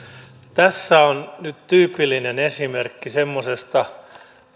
tässä on nyt tyypillinen esimerkki semmoisesta